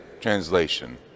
translation